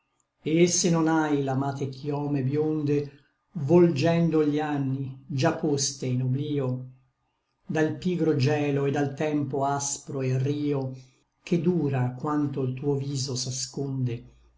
et se non ài l'amate chiome bionde volgendo gli anni già poste in oblio dal pigro gielo et dal tempo aspro et rio che dura quanto l tuo viso s'asconde